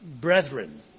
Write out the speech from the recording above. brethren